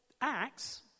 Acts